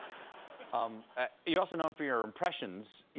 um you also known for your impressions,